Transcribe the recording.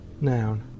Noun